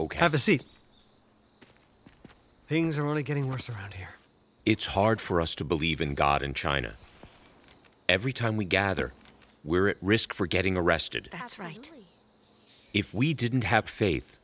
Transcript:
ok have a seat things are only getting worse around here it's hard for us to believe in god in china every time we gather we're at risk for getting arrested that's right if we didn't have faith